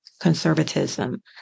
conservatism